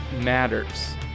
matters